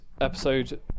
episode